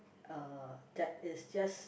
uh that is just